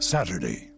Saturday